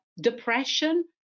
depression